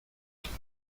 vamos